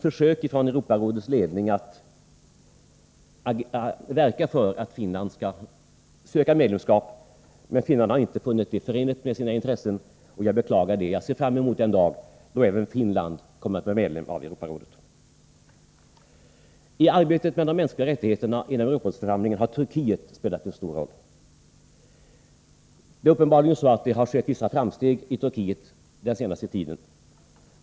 Från Europarådets ledning har det gjorts försök att verka för att Finland skall söka medlemskap, men Finland har inte funnit det förenligt med sina intressen, vilket jag beklagar. Jag ser fram mot den dag då även Finland kommer att bli medlem av Europarådet. I arbetet med de mänskliga rättigheterna inom Europarådets förhandlingar har Turkiet spelat en stor roll. Det är uppenbarligen så, att det har gjorts vissa framsteg i Turkiet den senaste tiden.